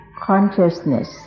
consciousness